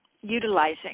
utilizing